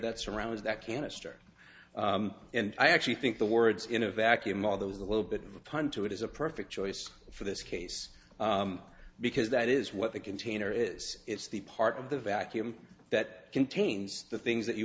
that surrounds that canister and i actually think the words in a vacuum or those a little bit of a pun to it is a perfect choice for this case because that is what the container is it's the part of the vacuum that contains the things that you